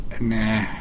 Nah